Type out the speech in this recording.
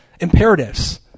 imperatives